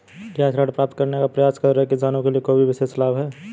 क्या ऋण प्राप्त करने का प्रयास कर रहे किसानों के लिए कोई विशेष लाभ हैं?